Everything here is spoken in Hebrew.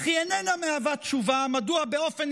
אך היא איננה מהווה תשובה מדוע באופן